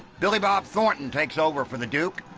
billy bob thornton takes over for the duke,